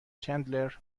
چندلر